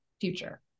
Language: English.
future